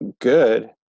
good